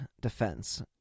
defense